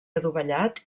adovellat